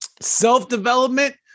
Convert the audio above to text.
self-development